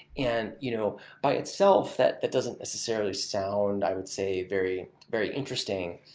and you know by itself, that that doesn't necessarily sound, i would say, very very interesting,